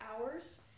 hours